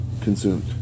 consumed